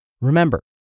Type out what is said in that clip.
Remember